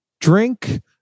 drink